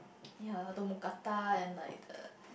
ya the mookata and like the